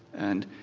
and